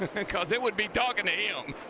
because it would be talking to him.